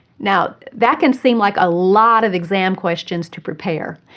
now, that can seem like a lot of exam questions to prepare,